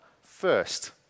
first